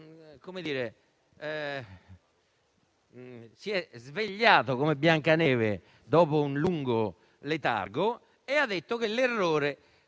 Rezza si è svegliato come Biancaneve dopo un lungo letargo e ha detto che l'errore